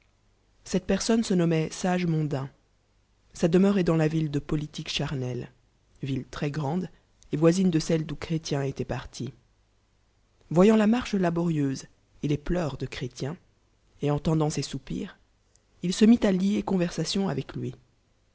cette personne senommoit sage mondain sa demeure est dans la viuede politique charnelle ville très grande et voisine de celle d'où cbrériel étoit parti v fyant la marche làrieuse et les pleors de chrétien et entendant ses soupirs il se mi à à lier conversalïon avec lui